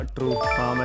True